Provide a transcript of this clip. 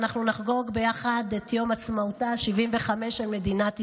אנחנו נחגוג ביחד את יום עצמאותה ה-75 של מדינת ישראל.